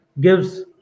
gives